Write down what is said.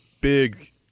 big